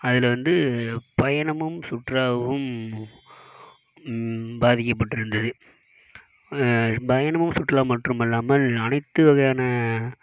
அதில் வந்து பயணமும் சுற்றுலாவும் பாதிக்கப்பட்டு இருந்தது பயணமும் சுற்றுலா மற்றுமல்லாமல் அனைத்து வகையான